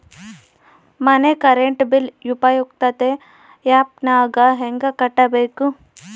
ಮನೆ current bill ಉಪಯುಕ್ತತೆ app ನಾಗ ಹೆಂಗ ಕಟ್ಟಬೇಕು?